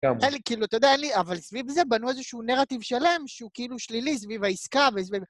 כן, כאילו, אתה יודע, אבל סביב זה בנו איזשהו נרטיב שלם שהוא כאילו שלילי סביב העסקה וסביב...